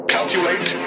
Calculate